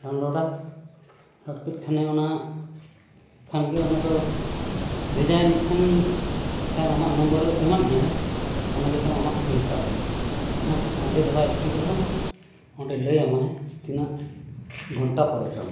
ᱰᱟᱣᱩᱱᱞᱳᱰᱟ download ᱠᱮᱫᱟ ᱠᱷᱟᱱ ᱜᱮ ᱚᱱᱟ ᱫᱚ ᱵᱷᱮᱡᱟᱭᱮᱱ ᱠᱷᱟᱱ ᱛᱟᱢ ᱟᱢᱟᱜ ᱱᱚᱢᱵᱚᱨᱮ ᱮᱢᱟᱫ ᱢᱮᱭᱟ ᱜᱮᱭᱟ ᱚᱱᱟ ᱜᱮᱛᱟᱢ ᱟᱢᱟᱜ ᱥᱤᱢ ᱠᱟᱨᱰ ᱚᱱᱟ ᱦᱚᱸ ᱥᱚᱜᱮ ᱫᱚ ᱵᱟᱭ ᱮᱠᱴᱤᱵᱷᱚᱜᱼᱟ ᱚᱸᱰᱮ ᱞᱟᱹᱭ ᱟᱢᱟᱭ ᱛᱤᱱᱟᱹᱜ ᱜᱷᱚᱱᱴᱟ ᱯᱚᱨᱮ ᱪᱚᱝ